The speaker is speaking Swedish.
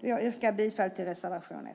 Jag yrkar bifall till reservation 1.